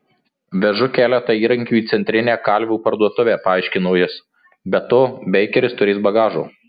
vežu keletą įrankių į centrinę kalvių parduotuvę paaiškino jis be to beikeris turės bagažo